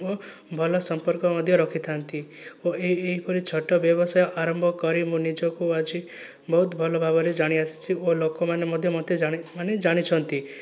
ଓ ଭଲ ସମ୍ପର୍କ ମଧ୍ୟ ରଖିଥାନ୍ତି ଓ ଏହି ଏହିପରି ଛୋଟ ବ୍ୟବସାୟ ଆରମ୍ଭ କରି ମୁଁ ନିଜକୁ ଆଜି ବହୁତ ଭଲଭାବରେ ଜାଣିଆସିଛି ଓ ଲୋକମାନେ ମଧ୍ୟ ମୋତେ ଜାଣି ମାନେ ଜାଣିଛନ୍ତି